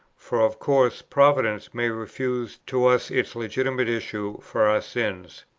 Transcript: for of course providence may refuse to us its legitimate issues for our sins.